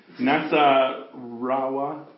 Nasarawa